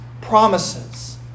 promises